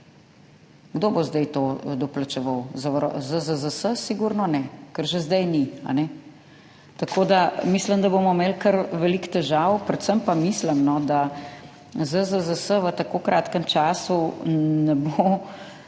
Kdo bo zdaj to doplačeval? ZZZS sigurno ne, ker že zdaj ni. Tako da mislim, da bomo imeli kar veliko težav. Predvsem pa mislim, da ZZZS v tako kratkem času ne bo